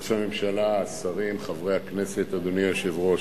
ראש הממשלה, השרים, חברי הכנסת, אדוני היושב-ראש,